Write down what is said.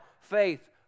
faith